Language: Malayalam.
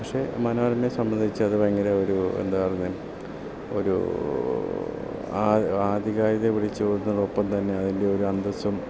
പക്ഷേ മനോരമയെ സംബന്ധിച്ച് അത് ഭയങ്കര ഒരു എന്താ പറയുന്നത് ഒരു ആധികാരികത വിളിച്ച് ഓതുന്നതോടൊപ്പം തന്നെ അതിൻ്റെ ഒരു അന്തസ്സും